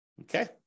okay